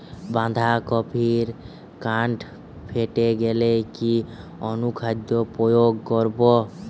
বাঁধা কপির কান্ড ফেঁপে গেলে কি অনুখাদ্য প্রয়োগ করব?